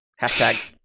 Hashtag